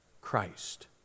Christ